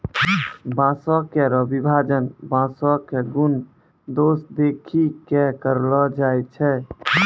बांसों केरो विभाजन बांसों क गुन दोस देखि कॅ करलो जाय छै